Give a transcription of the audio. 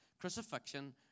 crucifixion